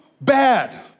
bad